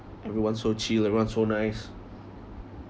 everyone so chill everyone so nice